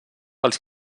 els